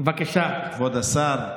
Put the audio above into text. כבוד השר,